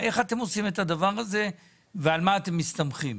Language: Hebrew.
איך אתם עושים את הדבר הזה ועל מה אתם מסתמכים?